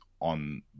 on